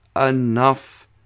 enough